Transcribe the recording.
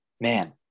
man